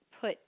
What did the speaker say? put